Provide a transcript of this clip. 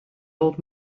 old